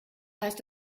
heißt